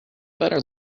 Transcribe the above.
better